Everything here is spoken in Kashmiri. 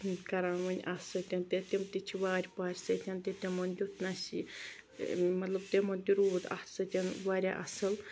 یہِ کَران وۄنۍ اَتھ سۭتۍ تہٕ تِم تہِ چھِ کران وارِ پارِ سۭتۍ تِمن دِیُت نہٕ اَسہِ یہِ مطلب تِمن تہِ روٗد اَتھ سۭتۍ واریاہ اصل